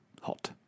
hot